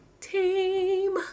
Team